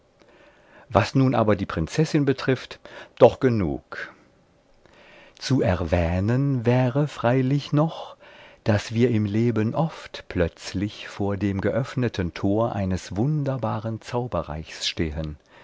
was nun aber die prinzessin betrifft doch genug zu erwähnen wäre freilich noch daß wir im leben oft plötzlich vor dem geöffneten tor eines wunderbaren zauberreichs stehen